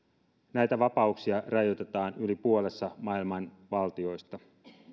näitä vapauksia rajoitetaan yli puolessa maailman valtioista